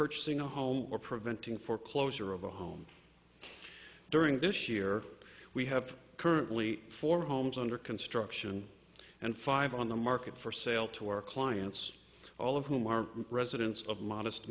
purchasing a home or preventing foreclosure of a home during this year we have currently four homes under construction and five on the market for sale to our clients all of whom are residents of modest